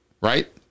right